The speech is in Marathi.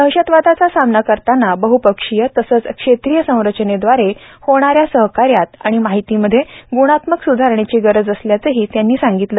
दहशतवादाचा सामना करताना बहपक्षीय तसंच क्षेत्रीय संरचनेदवारे होणाऱ्या सहकार्यात आणि माहिती मध्ये ग्रणात्मक सुधारणेची गरज असल्याचंही त्यांनी सांगितलं